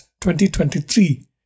2023